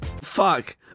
fuck